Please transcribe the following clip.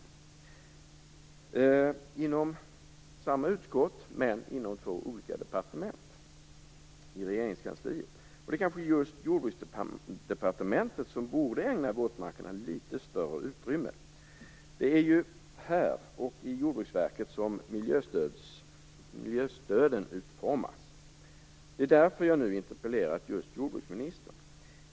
Den behandlas inom samma utskott men inom två olika departement i Regeringskansliet. Det är kanske just Jordbruksdepartementet som borde ägna våtmarkerna litet större utrymme. Det är ju här och i Jordbruksverket som miljöstöden utformas. Det är därför som jag nu interpellerat just jordbruksministern.